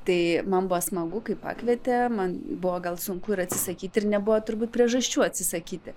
tai man buvo smagu kai pakvietė man buvo gal sunku ir atsisakyti ir nebuvo turbūt priežasčių atsisakyti